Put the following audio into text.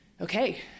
okay